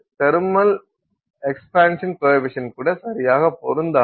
thermal expansion coefficient கூட சரியாகப் பொருந்தாது